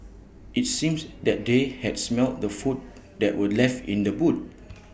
IT seems that they had smelt the food that were left in the boot